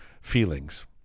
feelings